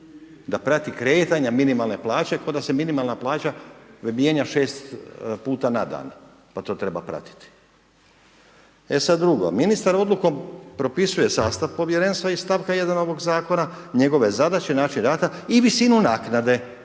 da prati kretanja minimalne plaće, k'o da se minimalna plaća mijenja šest puta na dan, pa to treba pratiti? E sad drugo, ministar Odlukom propisuje sastav povjerenstva iz stavka 1., ovog Zakona, njegove zadaće, način rada i visinu naknade